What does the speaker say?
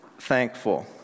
thankful